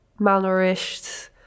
malnourished